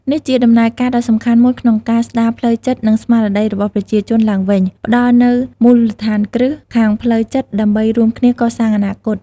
នេះជាដំណើរការដ៏សំខាន់មួយក្នុងការស្ដារផ្លូវចិត្ត និងស្មារតីរបស់ប្រជាជនឡើងវិញ ផ្តល់នូវមូលដ្ឋានគ្រឹះខាងផ្លូវចិត្តដើម្បីរួមគ្នាកសាងអនាគត។